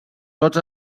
tots